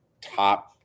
top